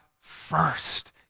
first